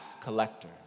collector